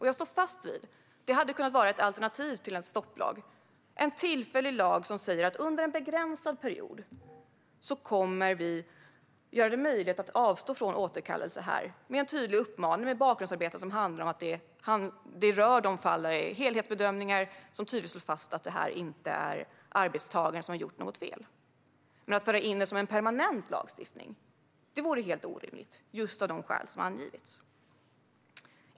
Jag står fast vid att det hade kunnat vara ett alternativ till en stopplag - en tillfällig lag som säger att under en begränsad period kommer vi att göra det möjligt att avstå från återkallelse här med en tydlig uppmaning och med bakgrundsarbete som handlar om att det rör de fall där det är helhetsbedömningar som tydligt slår fast att det inte är arbetstagaren som har gjort något fel. Men att föra in det som en permanent lagstiftning vore helt orimligt just av de skäl som har angivits.